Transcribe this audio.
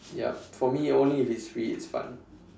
yup for me only if it's free it's fun